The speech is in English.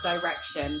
direction